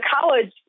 college